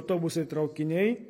autobusai traukiniai